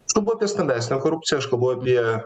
aš kalbu apie stambesnę korupciją aš kalbu apie